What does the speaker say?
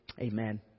Amen